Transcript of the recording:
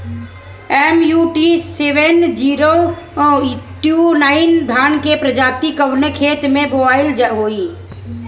MUT seven zero two nine धान के प्रजाति कवने खेत मै बोआई होई?